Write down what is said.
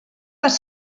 les